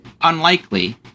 unlikely